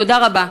תודה רבה.